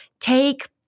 take